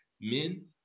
men